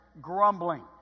grumbling